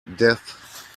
death